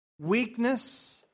Weakness